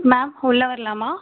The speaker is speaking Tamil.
மேம் உள்ளே வரலாமா